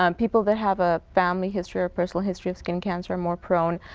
um people that have a family history or personal history of skin cancer are more prone,